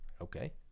Okay